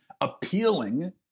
appealing